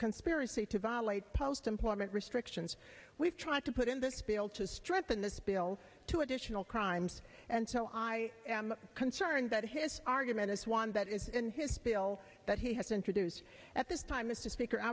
conspiracy to violate post employment restrictions we've tried to put in this bill to strengthen this bill to additional crimes and so i am concerned that his argument is one that is in his bill that he has introduced at this time